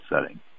setting